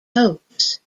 hopes